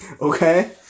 okay